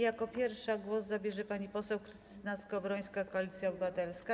Jako pierwsza głos zabierze pani poseł Krystyna Skowrońska, Koalicja Obywatelska.